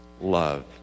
love